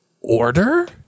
order